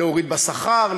להוריד בשכר,